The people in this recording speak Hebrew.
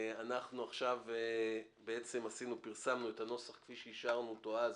עכשיו פרסמנו את הנוסח כפי שאישרנו אותו אז